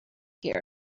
here